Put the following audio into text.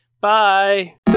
Bye